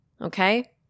Okay